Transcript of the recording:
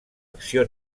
acció